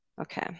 Okay